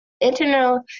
internal